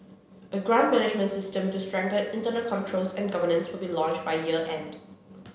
a grant management system to strengthen internal controls and governance would be launched by year end